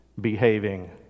behaving